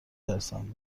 ترسم